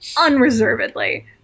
unreservedly